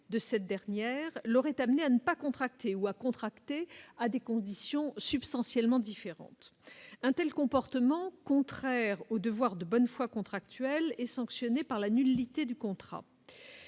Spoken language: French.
de cette dernière, l'aurait amené à ne pas contracter ou à contracter. à des conditions substantiellement différente untel comportements contraires au devoir de bonne foi, contractuels et sanctionnées par la nullité du contrat